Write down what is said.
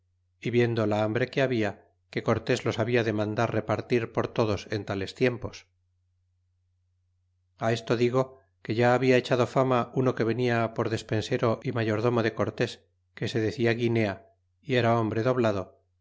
viendo la hambre que habia que cortés los habla de mandar repartir por todos en tales tiempos á esto digo que ya habla echado fama uno que venia por despensero y mayordomo de cortés que se decia guinea y era hombre doblado